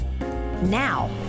Now